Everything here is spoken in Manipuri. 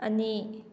ꯑꯅꯤ